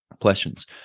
questions